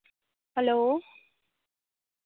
hello